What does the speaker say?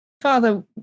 Father